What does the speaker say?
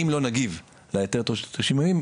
אם לא נגיב להיתר תוך 90 ימים,